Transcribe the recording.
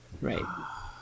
Right